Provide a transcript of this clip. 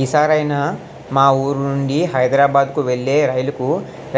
ఈ సారైనా మా వూరు నుండి హైదరబాద్ కు వెళ్ళే రైలుకు